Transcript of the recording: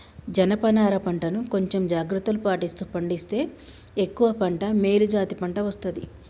జనప నారా పంట ను కొంచెం జాగ్రత్తలు పాటిస్తూ పండిస్తే ఎక్కువ పంట మేలు జాతి పంట వస్తది